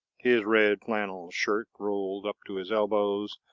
his red flannel shirt rolled up to his elbows,